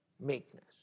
meekness